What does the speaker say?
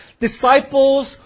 Disciples